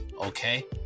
Okay